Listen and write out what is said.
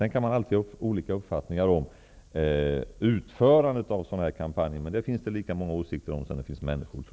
Man kan naturligtvis ha olika uppfattningar om utförandet av sådana här kampanjer. Det finns det emellertid lika många åsikter om som det finns människor.